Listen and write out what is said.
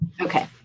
Okay